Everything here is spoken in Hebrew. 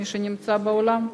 מי שנמצא באולם?